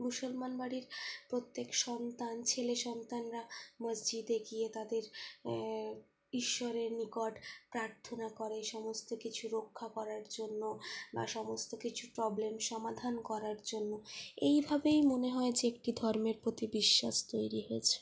মুসলমান বাড়ির প্রত্যেক সন্তান ছেলে সন্তানরা মসজিদে গিয়ে তাদের ঈশ্বরের নিকট প্রার্থনা করে সমস্ত কিছু রক্ষা করার জন্য বা সমস্ত কিছু প্রবলেম সমাধান করার জন্য এইভাবেই মনে হয় যে একটি ধর্মের প্রতি বিশ্বাস তৈরি হয়েছে